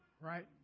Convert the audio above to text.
right